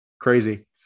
Crazy